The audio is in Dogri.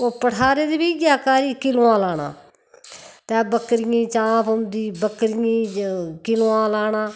ओह् पठारे दी बी इ'यै कारी किलोआं लाना ते बकरियें गी चांऽ पौंदी बकरियें गी किलोआं लाना